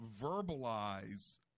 verbalize